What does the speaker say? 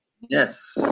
Yes